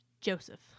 Joseph